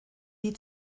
wie